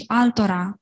altora